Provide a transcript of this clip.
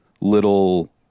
little